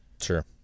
sure